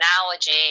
analogy